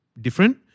different